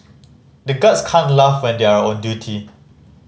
the guards can't laugh when they are on duty